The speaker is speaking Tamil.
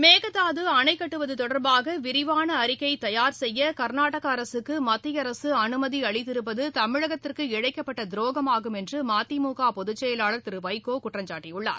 மேகதாது அணைக்கட்டுவது தொடர்பாக விரிவான அறிக்கை தயார் செய்ய கர்நாடக அரசுக்கு மத்திய அரசு அனுமதி அளித்திருப்பது தமிழகத்திற்கு இழைக்கப்பட்ட துரோகமாகும் என்று மதிமுக பொதுச்செயலாள் திரு வைகோ குற்றம்சாட்டியுள்ளார்